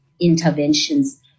interventions